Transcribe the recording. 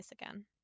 again